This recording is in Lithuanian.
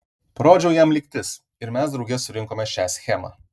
parodžiau jam lygtis ir mes drauge surinkome šią schemą